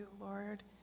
Lord